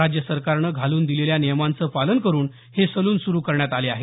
राज्य सरकारनं घालून दिलेल्या नियमांचं पालन करुन हे सलून सुरु करण्यात आले आहेत